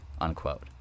unquote